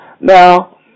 Now